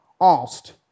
asked